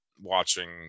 watching